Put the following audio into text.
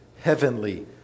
heavenly